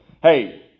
hey